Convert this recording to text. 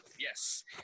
Yes